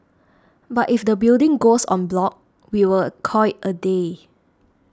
but if the building goes en bloc we will call it a day